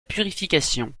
purification